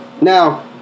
Now